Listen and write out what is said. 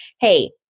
Hey